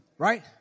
Right